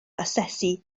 asesu